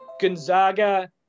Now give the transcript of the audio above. Gonzaga